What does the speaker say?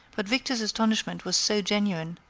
but victor's astonishment was so genuine,